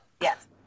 yes